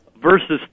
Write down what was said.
versus